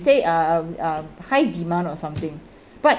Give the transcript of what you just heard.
say um um high demand or something but